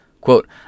Quote